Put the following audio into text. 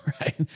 Right